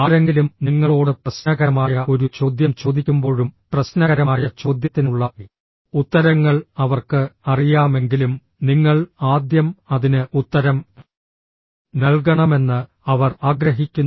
ആരെങ്കിലും നിങ്ങളോട് പ്രശ്നകരമായ ഒരു ചോദ്യം ചോദിക്കുമ്പോഴും പ്രശ്നകരമായ ചോദ്യത്തിനുള്ള ഉത്തരങ്ങൾ അവർക്ക് അറിയാമെങ്കിലും നിങ്ങൾ ആദ്യം അതിന് ഉത്തരം നൽകണമെന്ന് അവർ ആഗ്രഹിക്കുന്നു